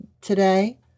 today